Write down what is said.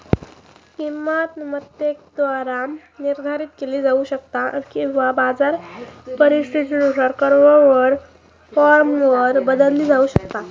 किंमत मक्तेदाराद्वारा निर्धारित केली जाऊ शकता किंवा बाजार परिस्थितीनुसार फर्मवर लादली जाऊ शकता